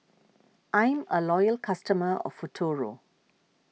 I'm a loyal customer of Futuro